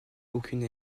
aucune